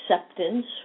acceptance